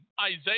Isaiah